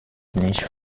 nicht